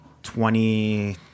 twenty